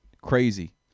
crazy